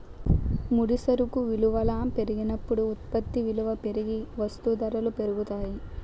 ముడి సరుకు విలువల పెరిగినప్పుడు ఉత్పత్తి విలువ పెరిగి వస్తూ ధరలు పెరుగుతాయి